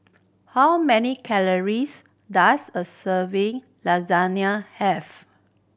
how many calories does a serving Lasagne have